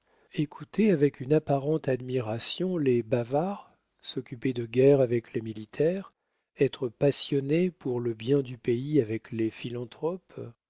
avec une apparente admiration les bavards s'occuper de guerre avec les militaires être passionnée pour le bien du pays avec les philanthropes